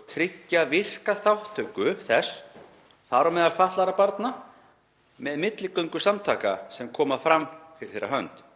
og tryggja virka þátttöku þess, þar á meðal fatlaðra barna, með milligöngu samtaka sem koma fram fyrir þess hönd.“